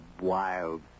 wild